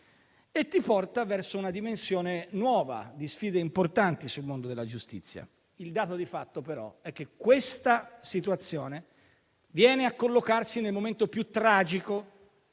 e ci porta verso una dimensione nuova, di sfide importanti per il mondo della giustizia. Il dato di fatto, però, è che questa situazione viene a collocarsi nel momento più tragico